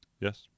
yes